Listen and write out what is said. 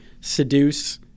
seduce